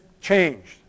changed